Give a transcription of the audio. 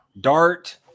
Dart